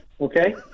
okay